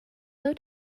bow